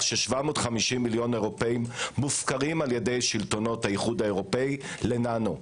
ש-750 מיליון אירופאים מופקרים על ידי שלטונות האיחוד האירופאי לננו.